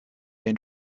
den